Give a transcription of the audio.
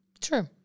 true